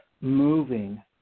moving